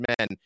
men